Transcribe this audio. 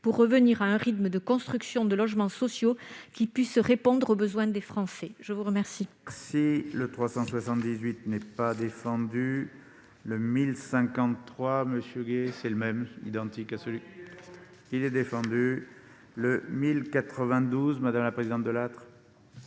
pour revenir à un rythme de construction de logements sociaux qui puisse répondre aux besoins des Français. L'amendement